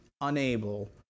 unable